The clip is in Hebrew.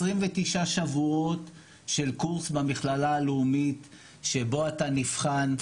29 שבועות של קורס במכללה הלאומית שבו אתה נבחן,